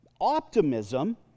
optimism